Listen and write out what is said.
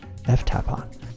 ftapon